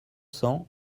cents